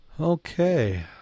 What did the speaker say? Okay